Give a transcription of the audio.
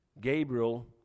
Gabriel